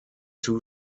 two